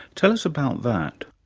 tell us about that.